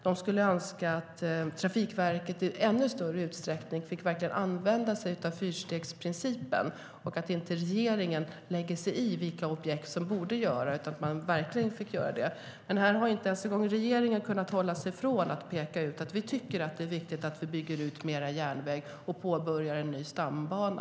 De skulle önska att Trafikverket i ännu större utsträckning verkligen fick använda sig av fyrstegsprincipen och att regeringen inte lägger sig i vilka objekt som borde göras. Men här har inte ens en gång vi i regeringen kunnat hålla oss från att peka ut att vi tycker att det är viktigt att vi bygger ut mer järnväg och påbörjar en ny stambana.